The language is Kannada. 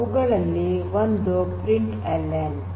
ಅವುಗಳಲ್ಲಿ ಒಂದು ಪ್ರಿಂಟ್ಎಲ್ಎನ್